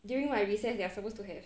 during my recess they are supposed to have